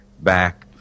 back